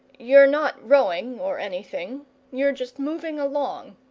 you're not rowing or anything you're just moving along.